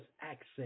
access